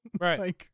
Right